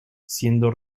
siendo